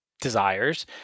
desires